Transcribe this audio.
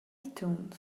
itunes